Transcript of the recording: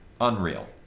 unreal